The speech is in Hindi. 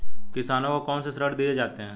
किसानों को कौन से ऋण दिए जाते हैं?